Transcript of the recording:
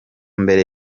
mbere